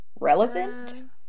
relevant